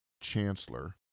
Chancellor